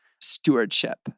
stewardship